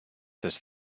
this